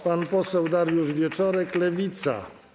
Pan poseł Dariusz Wieczorek, Lewica.